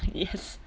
yes